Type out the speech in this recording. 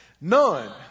None